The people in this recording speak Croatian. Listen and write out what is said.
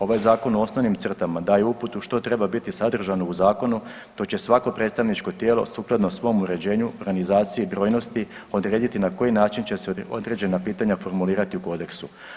Ovaj zakon u osnovnim crtama daje uputu što treba biti sadržano u zakonu, to će svako predstavničko tijelo sukladno svom uređenju, organizaciji i brojnosti odrediti na koji način će se određena pitanja formulirati u kodeksu.